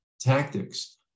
tactics